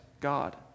God